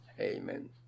Amen